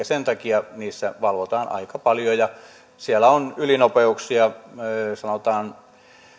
sen takia niissä valvotaan aika paljon ja siellä on ylinopeuksia sanotaan